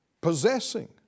possessing